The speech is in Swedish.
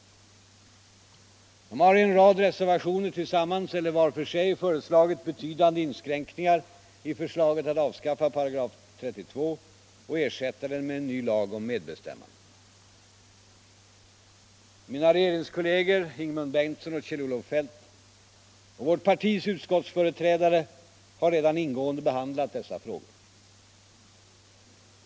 De har i en rad reservationer tillsammans eller var för sig föreslagit betydande inskränkningar i förslaget att avskaffa § 32 och ersätta den med en ny lag om medbestämmande. Mina regeringskolleger Ingemund Bengtsson och Kjell-Olof Feldt och vårt partis utskottsföreträdare har redan ingående behandlat dessa frågor.